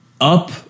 Up